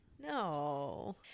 No